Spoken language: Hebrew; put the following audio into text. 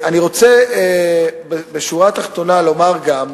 אני רוצה בשורה התחתונה לומר גם: